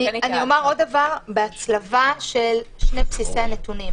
אני אומר עוד דבר בהצלבה של שני בסיסי הנתונים.